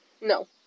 no